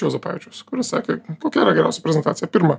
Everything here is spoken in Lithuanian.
juozapavičiaus kuris sakė kokia yra geriausia prezentacija pirma